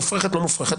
מופרכת או לא מופרכת,